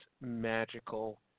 magical